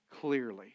clearly